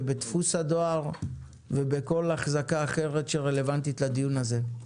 בדפוס הדואר ובכל אחזקה אחרת שרלוונטית לדיון הזה.